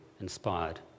inspired